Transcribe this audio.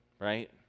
right